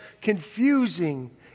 confusing